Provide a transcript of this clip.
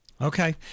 okay